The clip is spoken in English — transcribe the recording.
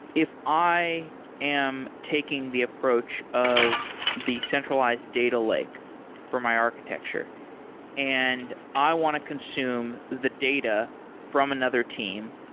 if i am taking the approach of the centralized data lake for my architecture and i want to consume the data from another team,